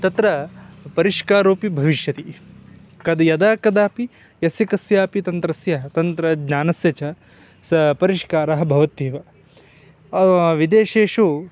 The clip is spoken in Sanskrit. तत्र परिष्कारोऽपि भविष्यति कदा यदा कदापि यस्य कस्यापि तन्त्रस्य तन्त्रज्ञानस्य च सा परिष्कारः भवत्येव विदेशेषु